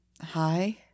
Hi